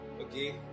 okay